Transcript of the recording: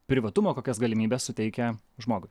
privatumo kokias galimybes suteikia žmogui